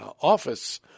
office